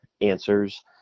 answers